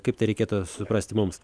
kaip tai reikėtų suprasti mums